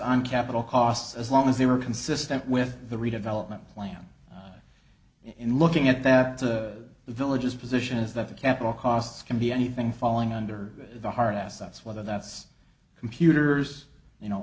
on capital costs as long as they were consistent with the redevelopment plan in looking at that the villages position is that the capital costs can be anything falling under the hard assets whether that's computers you know